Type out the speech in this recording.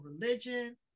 religion